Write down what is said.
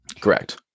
Correct